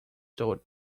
told